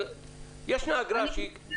ישנה אגרה קיימת.